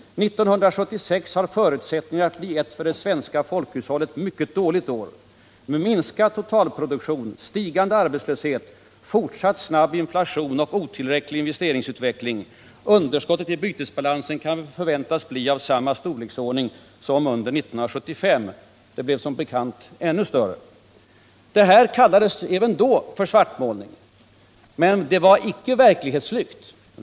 1976 har förutsättningar att bli ett för det svenska folkhushållet mycket dåligt år med minskad totalproduktion, stigande arbetslöshet, fortsatt snabb inflation och en otillräcklig investeringsutveckling. Underskottet i bytesbalansen kan förväntas bli av samma storleksordning som under 1975.” — Det blev som bekant ännu större. Det här kallades även då för svartmålning, och inte för verklighetsflykt.